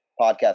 podcast